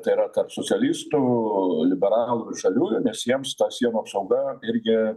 tai yra kad socialistų liberalų žaliųjų nes jiems ta sienų apsauga irgi